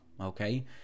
Okay